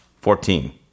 Fourteen